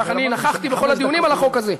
כך אני נוכחתי בכל הדיונים על החוק הזה,